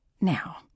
Now